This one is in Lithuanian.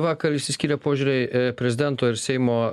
vakar išsiskyrė požiūriai prezidento ir seimo